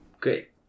Great